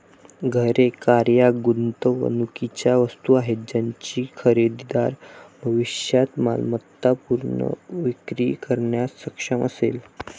घरे, कार या गुंतवणुकीच्या वस्तू आहेत ज्याची खरेदीदार भविष्यात मालमत्ता पुनर्विक्री करण्यास सक्षम असेल